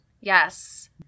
Yes